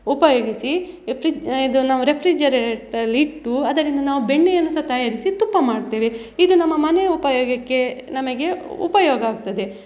ಉಪಯೋಗಿಸಿ ಫ್ರಿಜ್ ಇದು ನಾವು ರೆಫ್ರಿಜರೆಟ್ರಲ್ಲಿ ಇಟ್ಟು ಅದರಿಂದ ನಾವು ಬೆಣ್ಣೆಯನ್ನು ಸಹ ತಯಾರಿಸಿ ತುಪ್ಪ ಮಾಡ್ತೇವೆ ಇದು ನಮ್ಮ ಮನೆಯ ಉಪಯೋಗಕ್ಕೆ ನಮಗೆ ಉಪಯೋಗ ಆಗ್ತದೆ